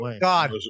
God